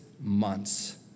months